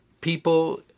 People